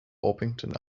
orpington